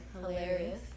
hilarious